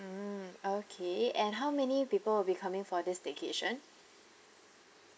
mm okay and how many people will be coming for this staycation